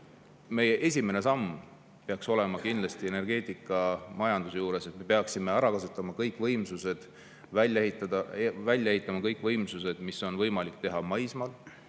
meie esimene samm peaks olema kindlasti energeetikamajanduse juures see, et me kasutame ära kõik võimsused, meil tuleb välja ehitada kõik võimsused, mis on võimalik teha maismaal.